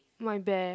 my bear